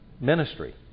ministry